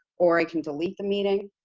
or i can delete the meeting.